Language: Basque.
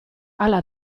hala